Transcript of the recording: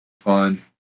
fun